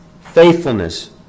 faithfulness